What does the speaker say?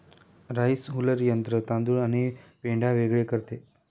rice huller यंत्र तांदूळ आणि पेंढा वेगळे करते